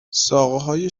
ساقههای